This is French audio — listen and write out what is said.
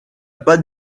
pas